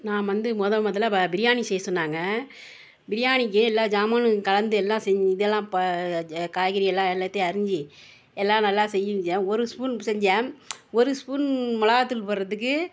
நான் வந்து மொதல் மொதல்லா பிரியாணி செய்ய சொன்னாங்க பிரியாணிக்கு எல்லா சாமானும் கலந்து எல்லாம் இதெல்லாம் காய்கறி எல்லாம் எல்லாத்தையும் அரிஞ்சு எல்லாம் நல்லா செஞ்சேன் ஒரு ஸ்பூன் செஞ்சன் ஒரு ஸ்பூன் மிளகாய் தூள் போடுகிறதுக்கு